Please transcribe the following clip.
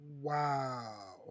Wow